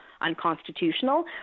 unconstitutional